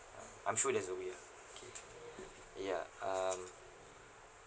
I'm sure there's a way lah okay ya um